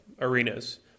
arenas